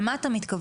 למה אתה מתכוון?